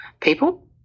people